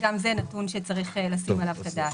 גם זה נתון שצריך לתת עליו את הדעת.